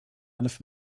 elf